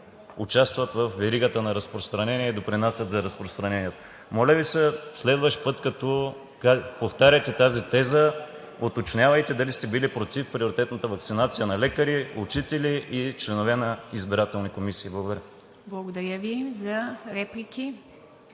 участват във веригата на разпространение и допринасят за разпространението. Моля Ви се, следващ път, когато повтаряте тази теза, уточнявайте дали сте били против приоритетната ваксинация на лекари, учители и членове на избирателни комисии. Благодаря. ПРЕДСЕДАТЕЛ ИВА